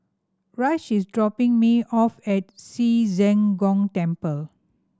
Rush is dropping me off at Ci Zheng Gong Temple